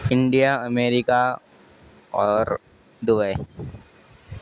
India America اور Dubai